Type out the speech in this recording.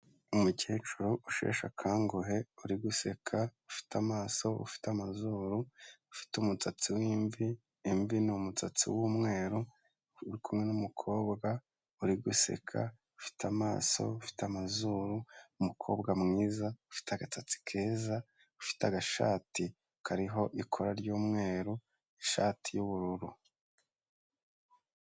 Umukecuru usheshe akanguhe uri guseka, ufite amaso, ufite amazuru, ufite umusatsi w'imvi, imvi ni umusatsi w'umweru, uri kumwe n'umukobwa, uri guseka, ufite amaso, ufite amazuru, umukobwa mwiza, ufite agasatsi keza, ufite agashati kariho ikora ry'umweru, ishati y'ubururu.